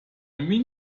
mean